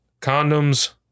condoms